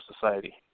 society